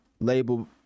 label